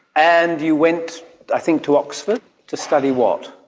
and you went i think to oxford to study what?